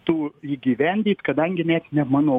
tų įgyvendyt kadangi net ne mano